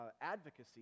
advocacy